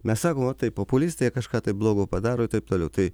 mes sakom o tai populistai jie kažką blogo padaro ir taip toliau tai